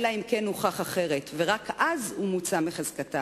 אלא אם כן הוכח אחרת, ורק אז הוא מוצא מחזקתם.